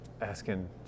asking